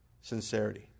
sincerity